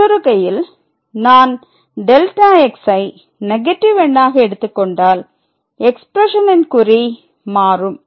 மற்றொரு கையில் நான் Δx ஐ நெகட்டிவ் எண்ணாக எடுத்து கொண்டால் எக்ஸ்பிரஷனின் குறி மாறும்